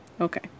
Okay